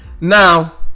now